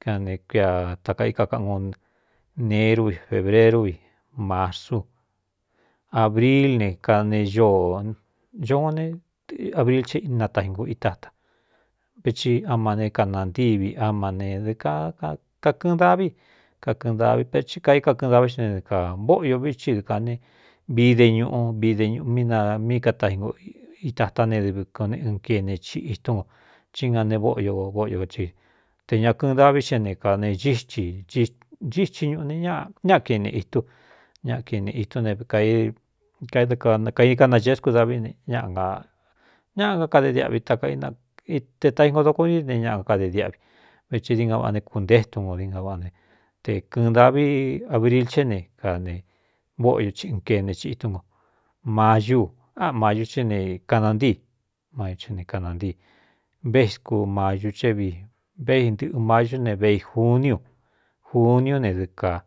Kane kuia takaíka kaꞌan go nerú vi fēbrerú vi marsú abril ne kane ñooñoón ne abril che inatain nko itata veti ama né kanantívi ama ne dɨ kakakɨꞌɨn ndavii kakɨꞌɨn davi ve kaíkakɨꞌɨn daꞌví xé ne dɨ kā vóꞌ yo viti dɨ kane vií de ñuꞌu vi deñꞌ mí na mí katai nko itatá ne dɨvi koꞌ neꞌɨn kene i itún ko cí ga ne vóꞌyo vóꞌyo cí te ña kɨꞌɨn davi xe n ane íi chíti ñuꞌu ne ñaꞌa kiꞌene itún ñaꞌ kene itún ne kaikanacescú daví ñaꞌ a ñáꞌa kákade diꞌvi ate tai ngo doko ntíí ne ñaꞌa akade diꞌvi veti dinga vꞌa né kuntétun nko dinga vaꞌa ne te kɨꞌɨ̄n davi abril ché ne ka ne vóꞌio ɨn kene chiitún nko mayú a mayu cé ne kanantíi ma ché ne kanantíi ve scu mayu ché vi véintɨꞌɨ mayú ne vei juniu juniú ne dɨɨ kā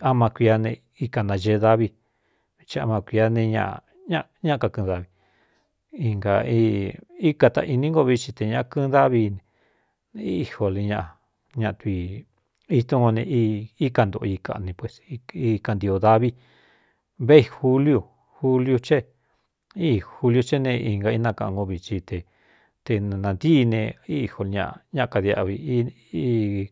ama cuia ne íkanagee davi veti ama cuia ne ññaa kakɨ̄ꞌɨn davi ina íkataainí ngo vi tsi te ñākɨꞌɨn dáví eíjo l ñaꞌ ñatu itún nko neíka ntoꞌo i kaꞌni pus ikantiō dāvi vei juliu juliu ce í juliu ché ne i ga inákaꞌan ngo viti te te nāntíine íjo ñaꞌ ña kadiꞌvi.